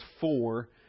four